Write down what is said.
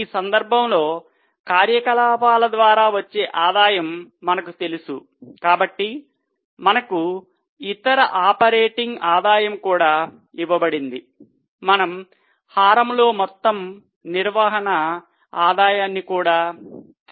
ఈ సందర్భంలో కార్యకలాపాల ద్వారా వచ్చే ఆదాయం మనకు తెలుసు కాబట్టి మనకు ఇతర ఆపరేటింగ్ ఆదాయం కూడా ఇవ్వబడింది మనం హారం లో మొత్తం నిర్వహణ ఆదాయాన్ని కూడా తీసుకోవచ్చు